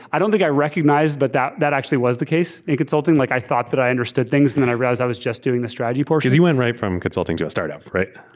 i don't think i recognized but that that actually was the case in consulting. like i thought that i understood things and then i realized i was just doing the strategy portions. you went right from consulting to a startup, right?